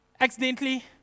accidentally